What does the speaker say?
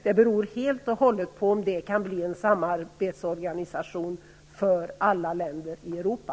Det beror helt och hållet på om det kan bli en samarbetsorganisation för alla länder i Europa.